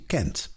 Kent